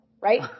right